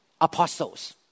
apostles